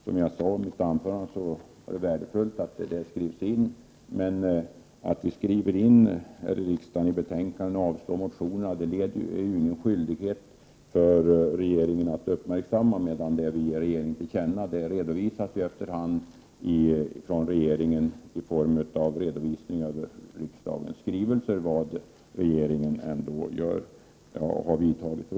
Som jag sade i huvudanförandet, är det värdefullt att det skrivs in, men att vi här i riksdagen skriver in saker i betänkanden och ändå avslår motionerna innebär ju ingen skyldighet för regeringen att uppmärksamma vad som skrivs. När vi däremot ger regeringen någonting till känna, kommer regeringen efter hand med en redovisning av riksdagens skrivelser, där det framgår vilka åtgärder som regeringen har vidtagit.